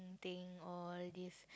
thing all these